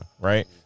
Right